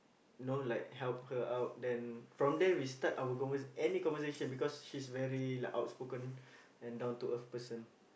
know like help her out then from there we start our convers~ any conversation because she's very like outspoken and down to earth person